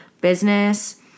business